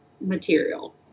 material